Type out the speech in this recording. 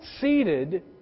seated